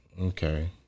Okay